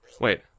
Wait